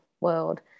world